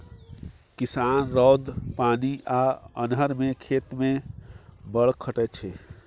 किसान रौद, पानि आ अन्हर मे खेत मे बड़ खटय छै